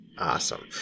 awesome